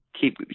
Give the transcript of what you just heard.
keep